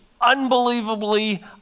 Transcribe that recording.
unbelievably